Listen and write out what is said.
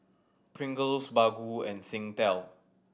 Pringles Baggu and Singtel